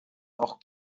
auch